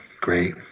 Great